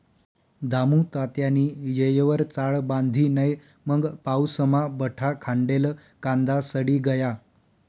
दामुतात्यानी येयवर चाळ बांधी नै मंग पाऊसमा बठा खांडेल कांदा सडी गया